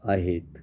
आहेत